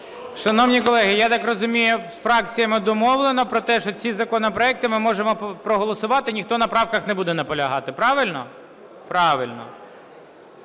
Шановні колеги, я так розумію, з фракціями домовлено про те, що ці законопроекти ми можемо проголосувати, ніхто на правках не буде наполягати. Правильно? Правильно.